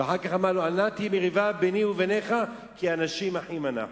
ואחר כך אמר לו: אל נא תהי מריבה ביני ובינך כי אנשים אחים אנחנו.